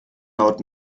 laut